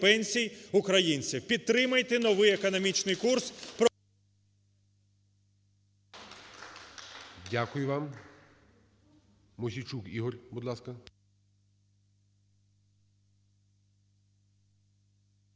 пенсій українців. Підтримайте новий економічний курс…